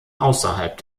außerhalb